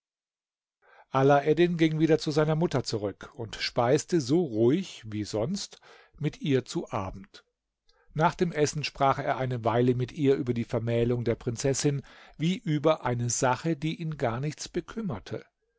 alaeddin ging wieder zu seiner mutter zurück und speiste so ruhig wie sonst mit ihr zu abend nach dem essen sprach er eine weile mit ihr über die vermählung der prinzessin wie über eine sache die ihn gar nichts bekümmerte